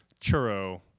churro